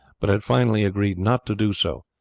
but had finally agreed not to do so.